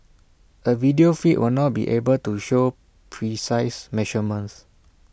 A video feed will not be able to show precise measurements